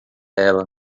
ela